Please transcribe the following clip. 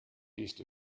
east